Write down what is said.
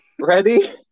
ready